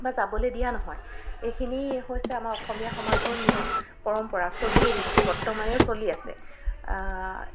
বা যাবলৈ দিয়া নহয় এইখিনি হৈছে আমাৰ অসমীয়া সমাজৰ নিয়ম পৰম্পৰা চলি আহিছে বৰ্তমানেও চলি আছে